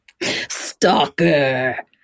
stalker